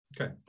Okay